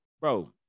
bro